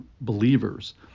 believers